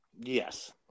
Yes